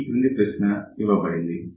ఈ క్రింది ప్రశ్న ఇవ్వబడింది